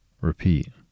Repeat